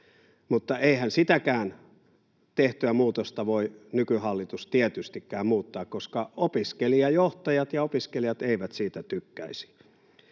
Mutta eihän sitäkään tehtyä muutosta voi nykyhallitus tietystikään muuttaa, koska opiskelijajohtajat ja opiskelijat eivät siitä tykkäisi.